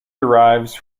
derives